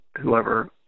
whoever